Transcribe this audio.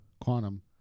quantum